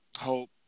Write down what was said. hope